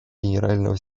генерального